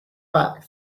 back